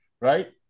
Right